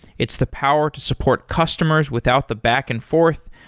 it's the power to support customers without the back and forth,